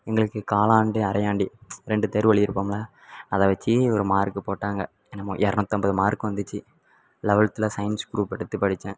எங்களுக்கு காலாண்டு அரையாண்டு ரெண்டு தேர்வு எழுதிருப்போம்ல அதை வச்சு ஒரு மார்க்கு போட்டாங்க என்னமோ இரநூத்தம்பது மார்க்கு வந்துச்சு லெவல்த்தில் சயின்ஸ் க்ரூப் எடுத்து படித்தேன்